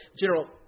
General